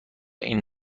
این